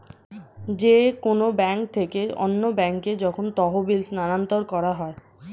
যে কোন ব্যাংক থেকে অন্য ব্যাংকে যখন তহবিল স্থানান্তর করা হয়